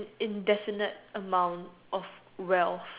indefinite amount of wealth